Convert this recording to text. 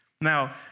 Now